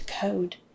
code